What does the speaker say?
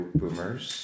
boomers